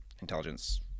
intelligence